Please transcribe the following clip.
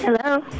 Hello